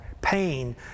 Pain